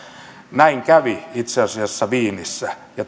näin kävi itse asiassa wienissä ja